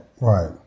Right